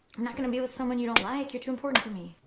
not gonna be with someone you don't like, you're too important to me.